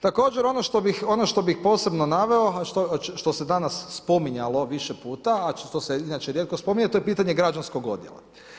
Također ono što bih posebno naveo, a što se danas spominjalo više puta, a što se inače rijetko spominje, a to je pitanje građanskog odjela.